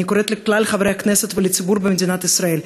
אני קוראת לכלל חברי הכנסת ולציבור במדינת ישראל,